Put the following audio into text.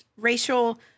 racial